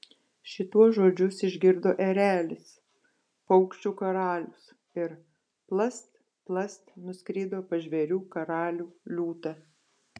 šituos žodžius išgirdo erelis paukščių karalius ir plast plast nuskrido pas žvėrių karalių liūtą